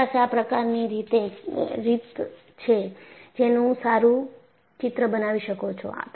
તમારી પાસે આ પ્રકારની રીતે છે જેનું સારું ચિત્ર બનાવી શકો છો